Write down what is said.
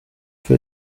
für